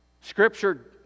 Scripture